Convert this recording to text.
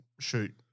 shoot